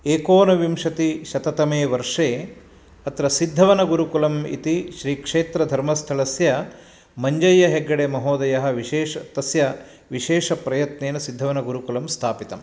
एकोनविंशतिशततमे वर्षे अत्र सिद्धवनगुरुकुलम् इति श्रीक्षेत्रधर्मस्थलस्य मञ्जय्यहेग्गडे महोदयः तस्य विशेषप्रयत्नेन सिद्धवनगुरुकुलं स्थापितं